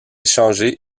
échangé